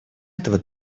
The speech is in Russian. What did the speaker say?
этого